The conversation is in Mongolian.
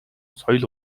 соёл